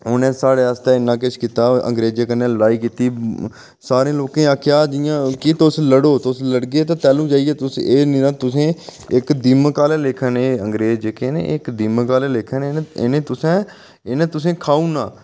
उ'नें साढ़े आस्तै इन्ना किश कीता अग्रेंजे कन्नै लड़ाई कीती सारे लोकें गी आखेआ जियां तुस लड़ो तुस लड़गे ताइयें तुस एह् नेईं इक दिन दीमक आह्ले लेखे न एह् जेह्के ना इक दीमक आह्ले लेखे न इ'नें तुसेंगी खाई ओड़ना